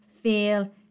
feel